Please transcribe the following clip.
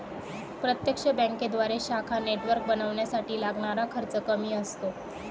प्रत्यक्ष बँकेद्वारे शाखा नेटवर्क बनवण्यासाठी लागणारा खर्च कमी असतो